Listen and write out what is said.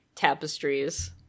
tapestries